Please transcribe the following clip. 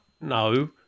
No